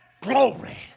glory